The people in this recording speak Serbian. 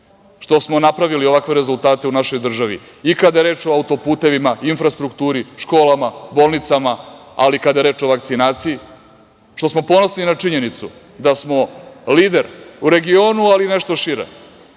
što smo napravili ovakve rezultate u našoj državi, i kada je reč o auto-putevima, infrastrukturi, školama, bolnicama, ali i kada je reč o vakcinaciji, što smo ponosni na činjenicu da smo lider u regionu ali i nešto šire